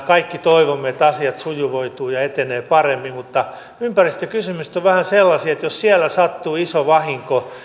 kaikki toivomme että asiat sujuvoituvat ja etenevät paremmin ympäristökysymykset ovat vähän sellaisia että jos siellä sattuu iso vahinko